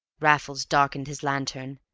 raffles darkened his lantern,